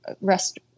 rest